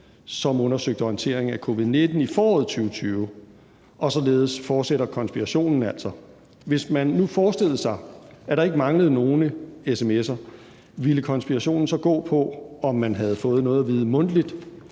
som undersøgte håndteringen af covid-19 i foråret 2020. Og således fortsætter konspirationen altså. Hvis man nu forestillede sig, at der ikke manglede nogen sms'er, ville konspirationen så gå på, om man havde fået noget at vide mundtligt?